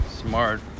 smart